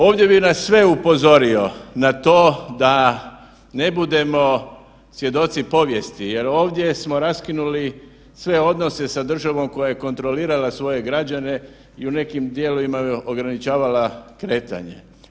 Ovdje bi nas sve upozorio na to da ne budemo svjedoci povijesti jer ovdje smo raskinuli sve odnose sa državom koja je kontrolirala svoje građane i u nekim dijelovima im ograničavala kretanje.